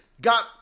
got